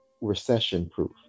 recession-proof